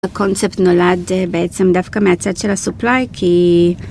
הקונצפט נולד בעצם דווקא מהצד של הסופלייקי.